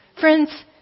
Friends